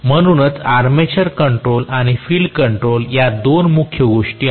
म्हणूनच armature control आणि field controls या दोन प्रमुख गोष्टी आहेत